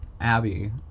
Abby